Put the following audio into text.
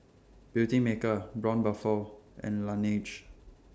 Beautymaker Braun Buffel and Laneige